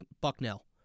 Bucknell